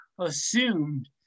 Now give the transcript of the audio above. assumed